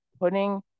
putting